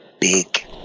Big